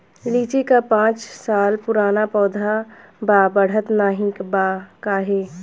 लीची क पांच साल पुराना पौधा बा बढ़त नाहीं बा काहे?